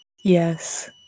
Yes